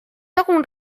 algun